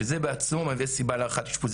וזה בעצמו מהווה סיבה להארכת אשפוז.